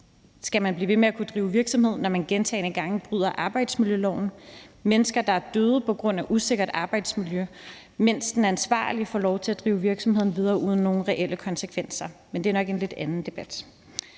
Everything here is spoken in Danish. skal kunne blive ved med at drive virksomhed, når man gentagne gange bryder arbejdsmiljøloven. Det kan her dreje sig om mennesker, der er døde på grund af et usikkert arbejdsmiljø, mens den ansvarlige får lov til at drive virksomheden videre uden nogen reelle konsekvenser. Men det er nok en lidt anden debat.